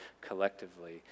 collectively